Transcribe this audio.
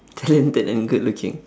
talented and good looking